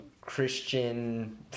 Christian